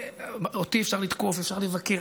אותי אפשר לתקוף ואפשר לבקר,